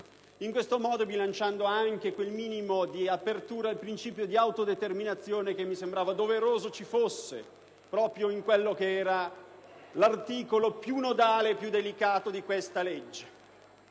in questo modo, si bilanciava anche quella minima apertura al principio di autodeterminazione, che mi sembrava doveroso vi fosse proprio in quello che era l'articolo più nodale e più delicato di questa legge.